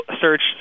Search